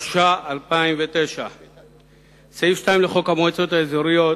התש"ע 2009. סעיף 2 לחוק המועצות האזוריות,